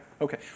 okay